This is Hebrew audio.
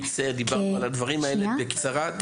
אני מצטער, דיברנו על הדברים האלה בקצרה.